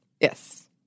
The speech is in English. Yes